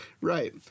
Right